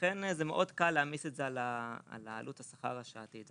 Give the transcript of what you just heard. לכן זה מאוד קל להעמיס את זה על עלות השכר השעתי.